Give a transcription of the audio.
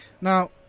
Now